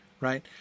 right